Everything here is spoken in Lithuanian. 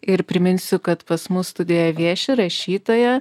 ir priminsiu kad pas mus studijoje vieši rašytoja